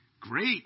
Great